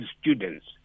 students